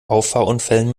auffahrunfällen